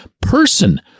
person